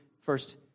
first